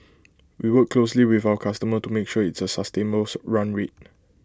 we work closely with our customer to make sure it's A sustainable run rate